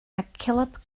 mackillop